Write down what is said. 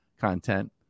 content